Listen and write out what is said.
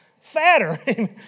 fatter